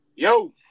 Yo